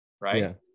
right